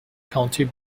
county